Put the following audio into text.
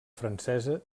francesa